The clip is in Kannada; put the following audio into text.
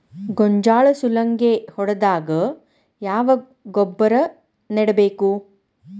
ಗೋಂಜಾಳ ಸುಲಂಗೇ ಹೊಡೆದಾಗ ಯಾವ ಗೊಬ್ಬರ ನೇಡಬೇಕು?